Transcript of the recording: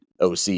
OC